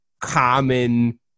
common